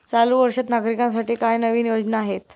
चालू वर्षात नागरिकांसाठी काय नवीन योजना आहेत?